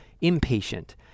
impatient